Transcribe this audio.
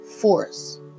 force